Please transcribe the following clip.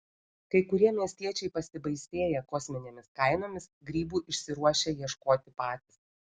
kai kurie miestiečiai pasibaisėję kosminėmis kainomis grybų išsiruošia ieškoti patys